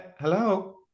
hello